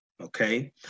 okay